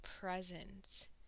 presence